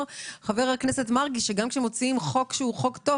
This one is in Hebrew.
חבר הכנסת מרגי שגם כשמוציאים חוק טוב,